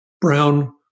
brown